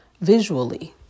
visually